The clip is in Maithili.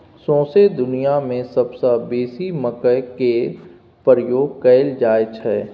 सौंसे दुनियाँ मे सबसँ बेसी मकइ केर प्रयोग कयल जाइ छै